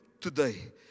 today